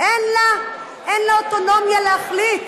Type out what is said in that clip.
אין לה אוטונומיה להחליט.